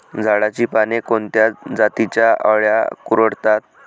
झाडाची पाने कोणत्या जातीच्या अळ्या कुरडतात?